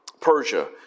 Persia